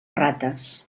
rates